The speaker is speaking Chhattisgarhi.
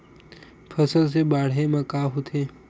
फसल से बाढ़े म का होथे?